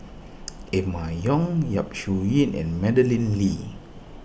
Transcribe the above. Emma Yong Yap Su Yin and Madeleine Lee